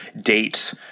date